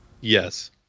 Yes